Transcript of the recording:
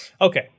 Okay